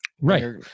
right